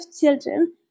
children